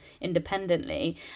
independently